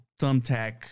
thumbtack